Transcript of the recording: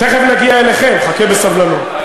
תכף נגיע אליכם, חכה בסבלנות.